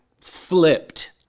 flipped